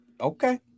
Okay